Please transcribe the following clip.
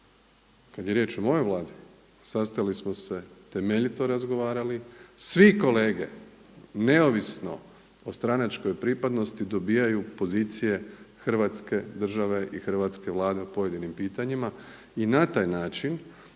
Kada je riječ o mojoj Vladi sastali smo se, temeljito razgovarali svi kolege neovisno o stranačkoj pripadnosti dobijaju pozicije Hrvatske države i hrvatske Vlade o pojedinim pitanjima i na taj način